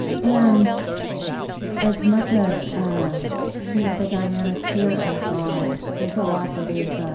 and as much as ah you know the dynamics here and abroad there's a lot that is